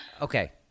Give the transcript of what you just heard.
okay